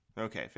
Okay